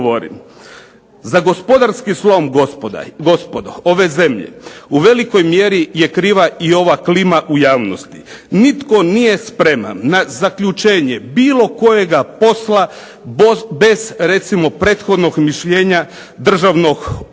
Za gospodarski slom gospodo ove zemlje u velikoj mjeri je kriva i ova klima u javnosti. Nitko nije spreman na zaključenje bilo kojega posla bez recimo prethodnog mišljenja Državnog